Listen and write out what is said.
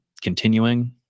continuing